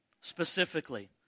specifically